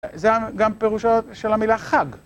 זה גם פירושה של המילה חג.